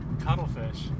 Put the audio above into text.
Cuttlefish